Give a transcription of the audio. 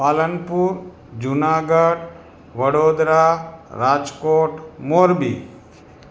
Palanpur Junagadh Vadodara Rajkot Morbi